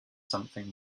something